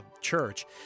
church